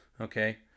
okay